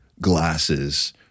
glasses